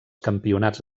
campionats